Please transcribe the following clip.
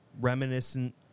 reminiscent